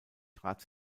trat